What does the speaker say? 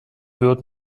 wird